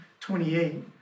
28